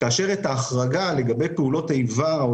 כאשר את ההחרגה לגבי פעולות איבה או